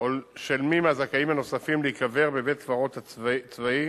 או של מי מהזכאים הנוספים להיקבר בבתי-קברות צבאי